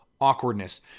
awkwardness